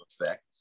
effect